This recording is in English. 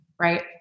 right